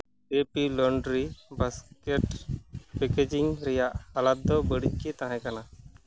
ᱰᱤ P laundry basket packaging ᱨᱮᱭᱟᱜ ᱦᱟᱞᱚᱛ ᱫᱚ ᱵᱟᱹᱲᱤᱡᱽ ᱜᱮ ᱛᱟᱦᱮᱸᱠᱟᱱᱟ